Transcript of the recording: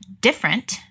different